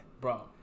bro